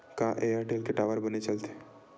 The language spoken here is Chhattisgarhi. का एयरटेल के टावर बने चलथे?